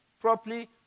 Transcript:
properly